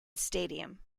stadium